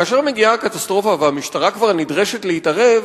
כאשר מגיעה הקטסטרופה והמשטרה כבר נדרשת להתערב,